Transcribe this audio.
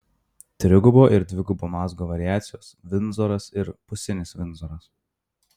trigubo ir dvigubo mazgo variacijos vindzoras ir pusinis vindzoras